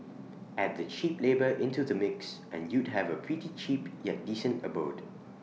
add the cheap labour into the mix and you'd have A pretty cheap yet decent abode